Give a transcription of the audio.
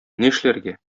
нишләргә